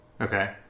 Okay